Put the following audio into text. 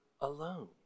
alone